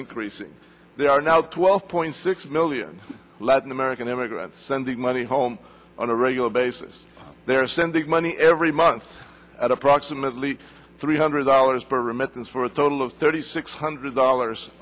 increasing there are now twelve point six million latin american immigrants sending money home on a regular basis they are sending money every month at approximately three hundred dollars per remittance for a total of thirty six hundred dollars